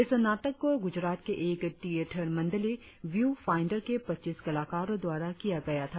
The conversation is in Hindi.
इस नाटक को गुजरात के एक थिएटर मंडली व्यू फाइंडर के पच्चीस कलाकारों द्वारा किया गया था